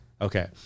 Okay